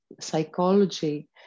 Psychology